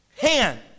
hand